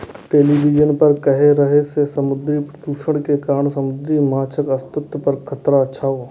television पर कहै रहै जे समुद्री प्रदूषण के कारण समुद्री माछक अस्तित्व पर खतरा छै